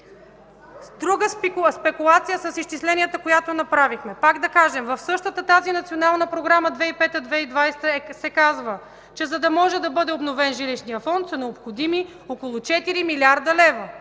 Друга спекулация с изчисленията, която направихте. В същата тази Национална програма 2005 – 2020 г. се казва, че за да може да бъде обновен жилищният фонд, са необходими около 4 млрд. лв.